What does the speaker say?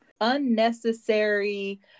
Unnecessary